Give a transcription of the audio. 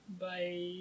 Bye